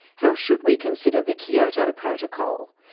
how should we consider the kyoto protocol?